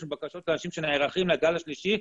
600 בקשות לאנשים שנערכים לגל השלישי,